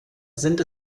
sind